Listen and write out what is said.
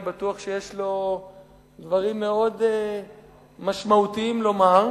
אני בטוח שיש לו דברים מאוד משמעותיים לומר,